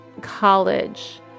College